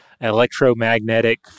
electromagnetic